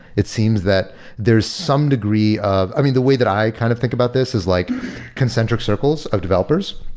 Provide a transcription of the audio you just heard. it seems that there is some degree of i mean, the way that i kind of think about this is like concentric circles of developers,